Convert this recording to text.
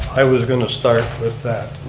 i was going to start with that,